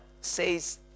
says